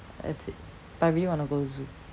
that's it but I really want to go zoo